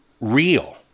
real